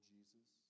Jesus